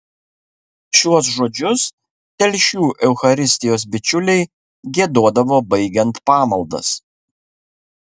šiuos žodžius telšių eucharistijos bičiuliai giedodavo baigiant pamaldas